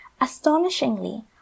Astonishingly